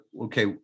okay